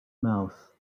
mouth